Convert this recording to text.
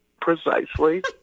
Precisely